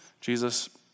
Jesus